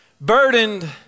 burdened